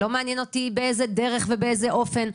לא מעניין אותי באיזו דרך ובאיזה אופן.